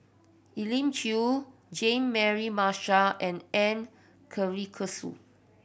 Elim Chew Jean Mary Marshall and M Karthigesu